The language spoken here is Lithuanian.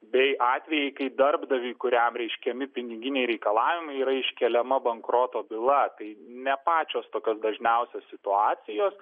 bei atvejai kai darbdaviui kuriam reiškiami piniginiai reikalavimai yra iškeliama bankroto byla tai ne pačios tokios dažniausios situacijos